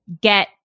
get